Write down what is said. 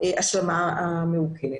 ההשלמה הממוכנת.